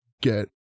get